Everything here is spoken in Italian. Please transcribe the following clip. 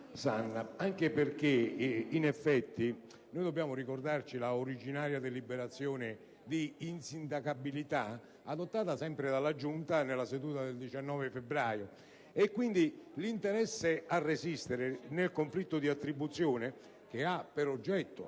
anche perché in effetti dobbiamo ricordarci la originaria deliberazione di insindacabilità adottata sempre dalla Giunta nella seduta del 19 febbraio. Quindi, l'interesse a resistere nel conflitto di attribuzione, che ha per oggetto